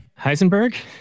heisenberg